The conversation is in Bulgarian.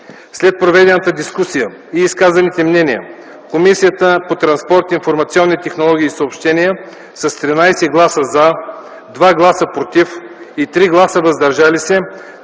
След проведената дискусия и изказаните мнения, Комисията по транспорт, информационни технологии и съобщения с 13 гласа „за”, 2 гласа „против” и 3 гласа „въздържали се”